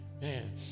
Man